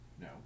No